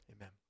Amen